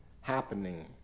happening